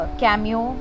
cameo